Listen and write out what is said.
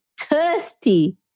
thirsty